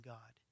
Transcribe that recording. God